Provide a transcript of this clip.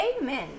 Amen